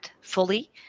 fully